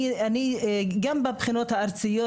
גם בבחינות הארציות,